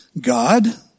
God